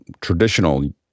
traditional –